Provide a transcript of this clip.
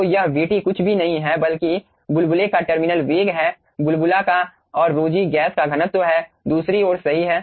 तो यह vt कुछ भी नहीं है बल्कि बुलबुले का टर्मिनल वेग हैं बुलबुला का और ρg गैस का घनत्व है दूसरी ओरसही है